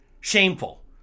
Shameful